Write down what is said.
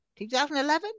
2011